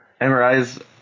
MRIs